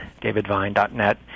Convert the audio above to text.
davidvine.net